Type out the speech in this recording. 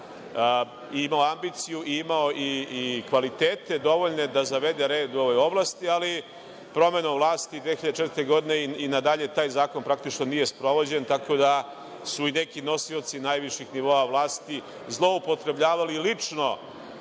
imao ambiciju i imao i kvalitete dovoljne da zavede red u ovoj oblasti, ali promenom vlasti 2004. godine i na dalje taj zakon praktično nije sprovođen, tako da su i neki nosioci najviših nivoa vlasti zloupotrebljavali lično